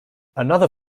another